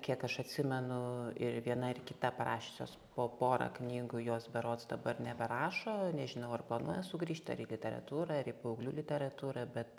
kiek aš atsimenu ir viena ir kita parašiusios po porą knygų jos berods dabar neberašo nežinau ar planuoja sugrįžt ar į literatūrą ir į paauglių literatūrą bet